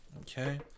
Okay